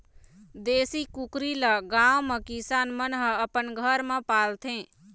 देशी कुकरी ल गाँव म किसान मन ह अपन घर म पालथे